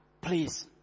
please